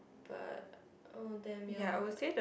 but oh damn ya